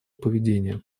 поведения